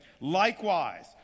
Likewise